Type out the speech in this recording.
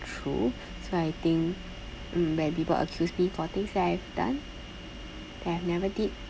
true so I think mm when people accuse me for things that I've done that I've never did